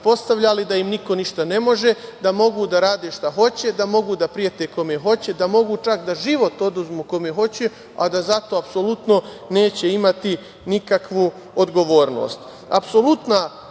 da im niko ništa ne može, da mogu da rade šta hoće, da mogu da prete kome hoće, da mogu čak da život oduzmu kome hoće, a da za to apsolutno neće imati nikakvu odgovornost. Znači,